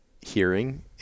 hearing